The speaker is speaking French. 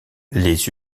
les